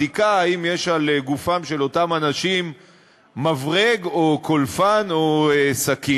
בדיקה אם יש על גופם של אותם אנשים מברג או קולפן או סכין.